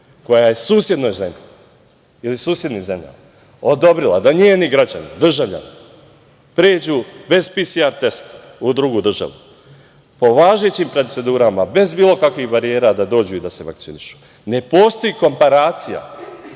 koja je susednoj zemlji ili susednim zemljama, odobrila da njeni građani, državljani, pređu bez PSR testa u drugu državu, po važećim procedurama, bez bilo kakvih barijera da dođu da se vakcinišu. Ne postoji komparacija